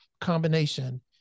combination